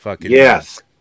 Yes